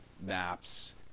maps